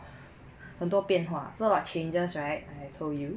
很多变化 so got changes right I told you